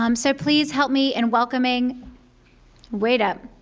um so please help me in welcoming wait up,